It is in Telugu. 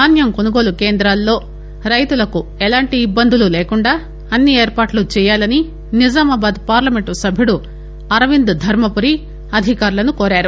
ధాన్యం కొనుగోలు కేంద్రాల్లో రైతులకు ఎలాంటి ఇబ్బందులు లేకుండా అన్ని ఏర్పాట్ల చేయాలని నిజామాబాద్ పార్లమెంట్ సభ్యుడు అరవింద్ ధర్మపురి అధికారులను కోరారు